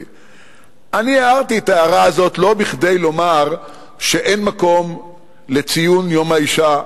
אני הערתי את ההערה הזאת לא כדי לומר שאין מקום לציון יום האשה.